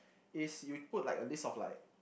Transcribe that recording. is you put like a list of like